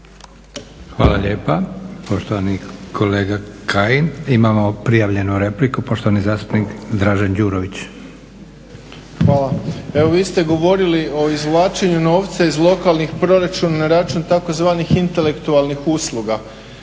Hvala lijepa poštovani kolega Kajin. Imamo prijavljenu repliku. Poštovani zastupnik Dražen Đurović. **Đurović, Dražen (HDSSB)** Hvala. Evo vi ste govorili o izvlačenju novca iz lokalnih proračuna na račun tzv. intelektualnih usluga.